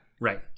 Right